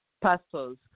pastors